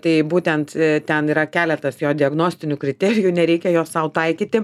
tai būtent ten yra keletas jo diagnostinių kriterijų nereikia jo sau taikyti